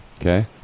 okay